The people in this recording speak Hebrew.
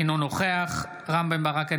אינו נוכח רם בן ברק,